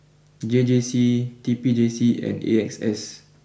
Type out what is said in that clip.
J J C T P J C and A X S